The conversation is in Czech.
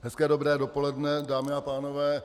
Hezké dobré dopoledne, dámy a pánové.